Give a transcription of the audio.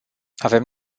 avem